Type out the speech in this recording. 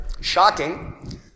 shocking